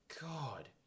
God